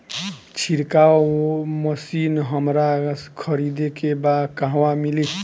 छिरकाव मशिन हमरा खरीदे के बा कहवा मिली?